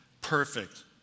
perfect